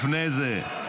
לפני זה,